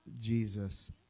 Jesus